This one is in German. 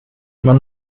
man